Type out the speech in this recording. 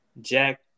Jack